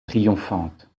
triomphante